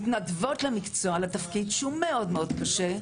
הן מתנדבות לתפקיד שהוא מאוד קשה,